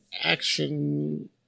action